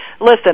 listen